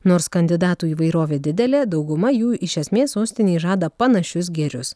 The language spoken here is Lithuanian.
nors kandidatų įvairovė didelė dauguma jų iš esmės sostinei žada panašius gėrius